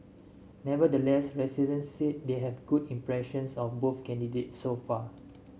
nevertheless residents said they have good impressions of both candidates so far